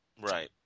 Right